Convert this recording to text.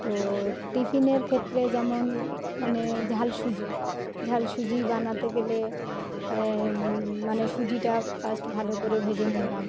তো টিফিনের ক্ষেত্রে যেমন মানে ঝাল সুজি ঝাল সুজি বানাতে গেলে মানে সুজিটা ফার্স্ট ভালো করে ভেজে নিলাম